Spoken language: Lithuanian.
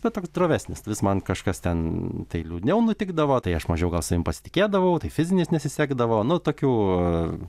bet toks drovesnis vis man kažkas ten tai liūdniau nutikdavo tai aš mažiau gal savim pasitikėdavau tai fizinis nesisekdavo nu tokių